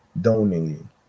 donating